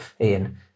Ian